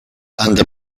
under